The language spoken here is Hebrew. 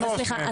סליחה,